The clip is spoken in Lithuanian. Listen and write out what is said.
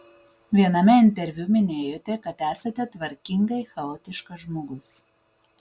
viename interviu minėjote kad esate tvarkingai chaotiškas žmogus